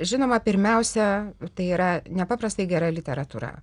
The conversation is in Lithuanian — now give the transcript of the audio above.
žinoma pirmiausia tai yra nepaprastai gera literatūra